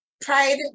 Pride